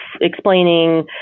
explaining